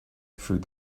through